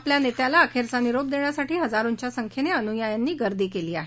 आपल्या नेत्याला अखेराचा निरोप देण्यासाठी हजारोंच्या संख्येने अनुयायांनी गर्दी केली आहे